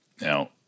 Now